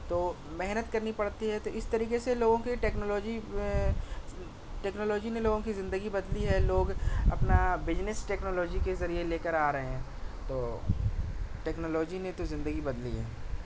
تو محنت کرنی پڑتی ہے تو اِس طریقے سے لوگوں کے ٹیکنالوجی ٹیکنالوجی نے لوگوں کی زندگی بدلی ہے لوگ اپنا بزنس ٹیکنالوجی کے ذریعے لے کر آ رہے ہیں تو ٹیکنالوجی نے تو زندگی بدلی ہے